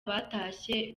batashye